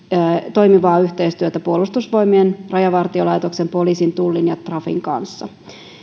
toimivaa yhteistyötä puolustusvoimien rajavartiolaitoksen poliisin tullin ja trafin kanssa